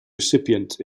recipient